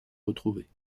retrouvée